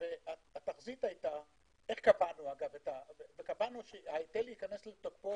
קבענו שההיטל ייכנס לתוקפו